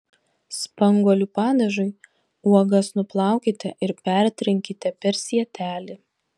spanguolių padažui uogas nuplaukite ir pertrinkite per sietelį